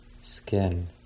skin